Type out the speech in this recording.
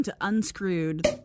Unscrewed